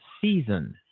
season